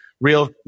real